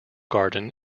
garden